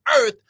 earth